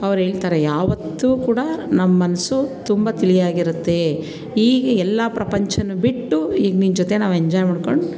ಅವರೇಳ್ತಾರೆ ಯಾವತ್ತೂ ಕೂಡ ನಮ್ಮ ಮನಸು ತುಂಬ ತಿಳಿಯಾಗಿರುತ್ತೆ ಹೀಗೆ ಎಲ್ಲ ಪ್ರಪಂಚವನ್ನು ಬಿಟ್ಟು ಈಗ ನಿಮ್ಮ ಜೊತೆ ನಾವು ಎಂಜಾಯ್ ಮಾಡ್ಕೊಂಡು